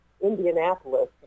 Indianapolis